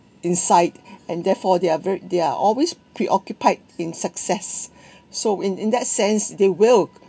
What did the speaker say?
insight and therefore they're very they're always preoccupied in success so in in that sense they will